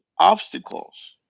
obstacles